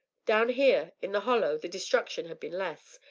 down here, in the hollow, the destruction had been less,